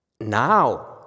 Now